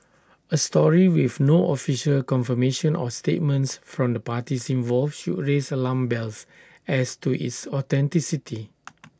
A story with no official confirmation or statements from the parties involved should A raise alarm bells as to its authenticity